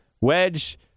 Wedge